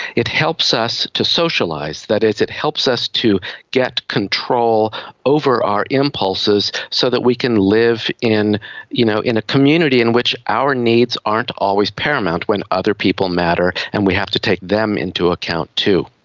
it helps us to socialise. that is, it helps us to get control over our impulses so that we can live in you know in a community in which our needs aren't always paramount, when other people matter and we have to take them into account too.